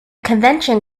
convention